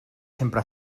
sempre